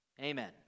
Amen